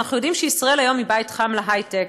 ואנחנו יודעים שישראל היום היא בית חם להיי-טק.